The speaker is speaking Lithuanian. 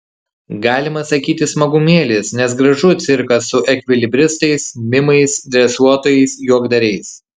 galima sakyti smagumėlis nes gražu cirkas su ekvilibristais mimais dresuotojais juokdariais